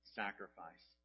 sacrifice